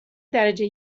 درجه